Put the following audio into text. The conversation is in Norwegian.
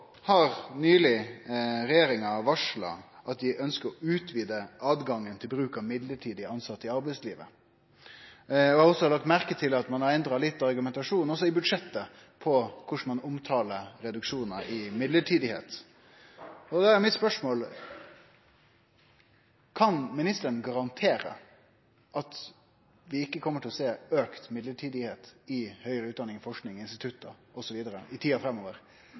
har nyleg varsla at dei ønskjer å utvide løyva for bruk av mellombels tilsette i arbeidslivet. Og eg har også lagt merke til at ein har endra litt på argumentasjonen også i budsjettet når det gjeld korleis ein omtalar reduksjon av mellombelse stillingar. Mitt spørsmål er: Kan ministeren garantere at vi ikkje kjem til å sjå auka bruk av mellombelse stillingar i høgare utdanning, i forsking, på institutt osv. i tida framover,